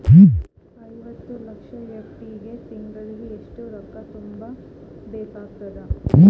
ಐವತ್ತು ಲಕ್ಷ ಎಫ್.ಡಿ ಗೆ ತಿಂಗಳಿಗೆ ಎಷ್ಟು ರೊಕ್ಕ ತುಂಬಾ ಬೇಕಾಗತದ?